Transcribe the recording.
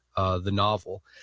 ah the novel.